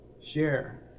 share